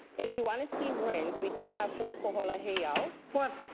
if you wanna see ruins, we do have pu'ukohola heiau. what?